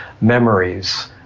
memories